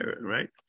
right